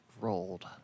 rolled